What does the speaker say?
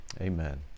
Amen